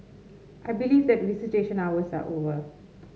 I believe that visitation hours are over